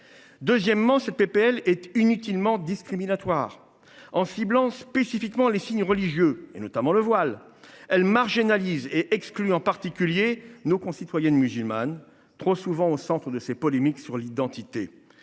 Deuxièmement, cette proposition de loi est discriminatoire. En ciblant spécifiquement les signes religieux, notamment le voile, elle marginalise en particulier nos concitoyennes musulmanes, trop souvent au centre des polémiques relatives